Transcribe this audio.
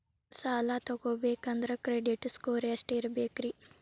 ಸಾಲ ತಗೋಬೇಕಂದ್ರ credit score ಎಷ್ಟ ಇರಬೇಕ್ರಿ?